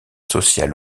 social